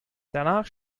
danach